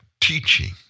teaching